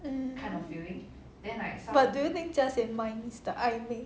mm but do you think jiaxian one is the 暧昧